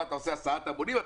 אתה עושה הסעת המונים?